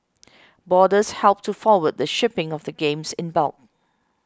boarders helped to forward the shipping of the games in bulk